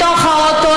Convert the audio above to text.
בתוך האוטו,